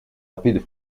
rapides